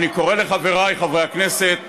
אני קורא לחבריי חברי הכנסת והשרים,